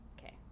Okay